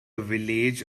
village